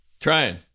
Trying